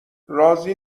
راضی